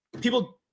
people